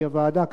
כי הוועדה,